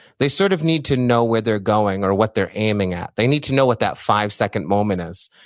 they sort of need to know where they're going or what they're aiming at. they need to know what that five-second moment is,